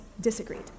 disagreed